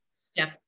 step